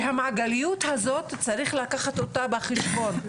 שהמעגליות הזאת צריך לקחת אותה בחשבון.